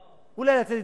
לא.